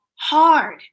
Hard